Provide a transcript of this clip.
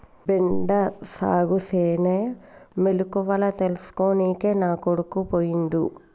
బెండ సాగుసేనే మెలకువల తెల్సుకోనికే నా కొడుకు పోయిండు